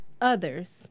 others